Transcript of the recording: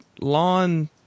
lawn